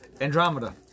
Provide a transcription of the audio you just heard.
Andromeda